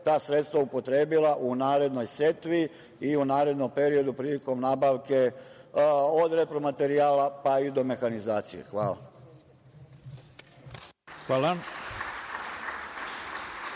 ta sredstva upotrebila u narednoj setvi i u narednom periodu prilikom nabavke od repromaterijala, pa i do mehanizacije. Hvala.